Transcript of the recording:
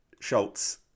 schultz